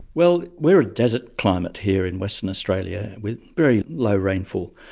well, we are a desert climate here in western australia with very low rainfall,